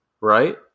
right